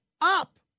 up